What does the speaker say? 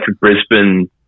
Brisbane